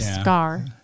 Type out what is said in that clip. scar